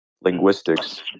linguistics